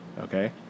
Okay